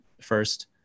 first